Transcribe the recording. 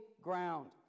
ground